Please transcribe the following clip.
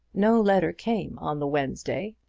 no letter came on the wednesday,